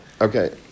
Okay